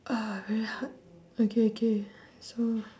!wah! very hard okay okay so